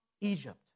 Egypt